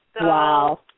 Wow